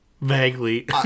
Vaguely